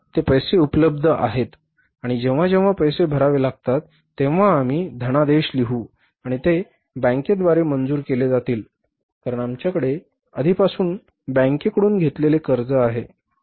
आता ते पैसे उपलब्ध आहेत आणि जेव्हा जेव्हा पैसे भरावे लागतात तेव्हा आम्ही धनादेश लिहु आणि ते बँकेद्वारे मंजूर केले जातील कारण आमच्याकडे आधीपासून बँकेकडून घेतलेले कर्ज आहे